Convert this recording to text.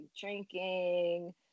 drinking